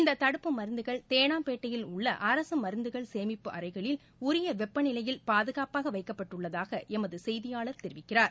இந்த தடுப்பு மருந்துகள் தேனாம்பேட்டையில் உள்ள அரசு மருந்துகள் சேமிப்பு அறைகளில் உரிய வெப்ப நிலையில் பாதுகாப்பாக வைக்கப்பட்டுள்ளதாக எமது செய்தியாளர் தெரிவிக்கிறார்